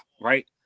right